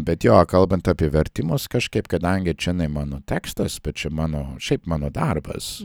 bet jo kalbant apie vertimus kažkaip kadangi čionai mano tekstas bet čia mano šiaip mano darbas